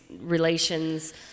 relations